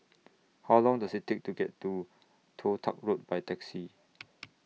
How Long Does IT Take to get to Toh Tuck Road By Taxi